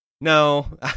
no